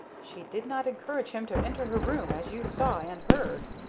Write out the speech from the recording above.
she did not encourage him to enter her room, as you saw and heard,